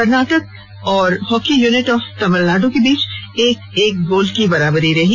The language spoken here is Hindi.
कर्नाटक एवं हॉकी यूनिट ऑफ तमिलनाडु को बीच एक एक गोल की बराबरी रही